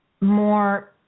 more